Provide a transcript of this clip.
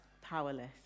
powerless